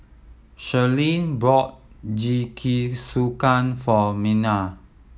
Sherilyn brought Jingisukan for Mena